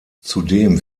zudem